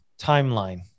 timeline